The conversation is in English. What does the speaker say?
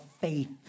faith